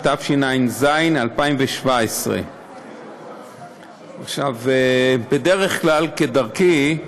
התשע"ז 2017. בדרך כלל, כדרכי,